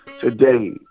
today